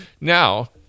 Now